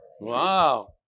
Wow